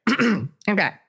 Okay